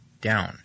down